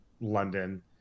London